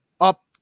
up